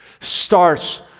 Starts